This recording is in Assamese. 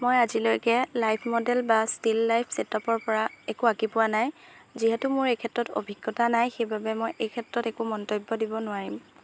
মই আজিলৈকে লাইফ মডেল বা ষ্টীল লাইফ ছেটআপৰ পৰা একো আঁকি পোৱা নাই যিহেতু মোৰ এই ক্ষেত্ৰত অভিজ্ঞতা নাই সেইবাবে মই এই ক্ষেত্ৰত একো মন্তব্য দিব নোৱাৰিম